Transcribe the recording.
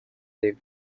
rev